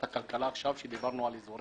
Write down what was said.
אני בא מוועדת הכלכלה שם דיברנו על אזורי